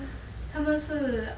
他们是